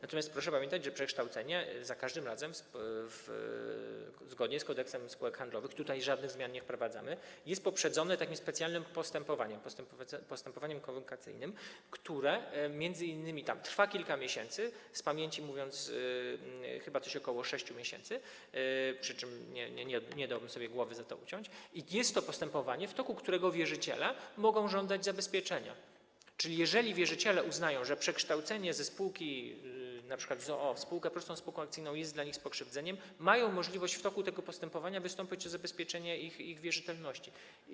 Natomiast proszę pamiętać, że przekształcenie za każdym razem zgodnie z Kodeksem spółek handlowych - tutaj żadnych zmian nie wprowadzamy - jest poprzedzone takim specjalnym postępowaniem: postępowaniem komunikacyjnym, które m.in. trwa kilka miesięcy, z pamięci mówię, chyba coś ok. 6 miesięcy, przy czym nie dałby sobie uciąć głowy za to, i jest to postępowanie, w toku którego wierzyciele mogą żądać zabezpieczenia, czyli jeżeli wierzyciele uznają, że przekształcenie np. ze spółki z o.o. w prostą spółkę akcyjną jest dla nich z pokrzywdzeniem, mają możliwość w toku tego postępowania wystąpić o zabezpieczenie ich wierzytelności.